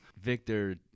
Victor